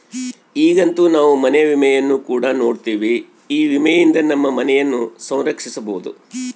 ಈಗಂತೂ ನಾವು ಮನೆ ವಿಮೆಯನ್ನು ಕೂಡ ನೋಡ್ತಿವಿ, ಈ ವಿಮೆಯಿಂದ ನಮ್ಮ ಮನೆಯನ್ನ ಸಂರಕ್ಷಿಸಬೊದು